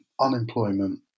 unemployment